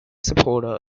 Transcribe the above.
supporter